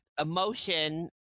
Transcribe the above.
emotion